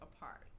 apart